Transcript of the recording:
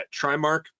Trimark